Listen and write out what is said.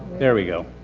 there we go.